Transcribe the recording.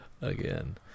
again